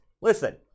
Listen